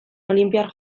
olinpiar